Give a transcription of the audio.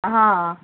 हां